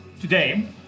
today